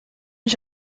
ich